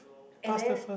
and then